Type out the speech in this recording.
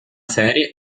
serie